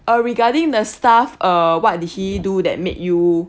uh regarding the staff uh what did he do that made you